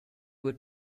would